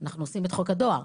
אנחנו עושים את חוק הדואר.